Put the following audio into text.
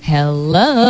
Hello